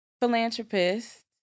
philanthropist